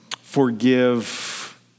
forgive